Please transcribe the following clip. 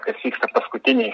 kas vyksta paskutinį